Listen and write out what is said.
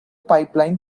pipeline